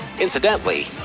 incidentally